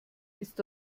ist